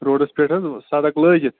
روڈَس پٮ۪ٹھ حظ سَڑک لٲگِتھ